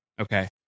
Okay